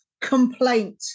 complaint